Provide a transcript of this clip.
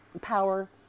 power